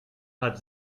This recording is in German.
hat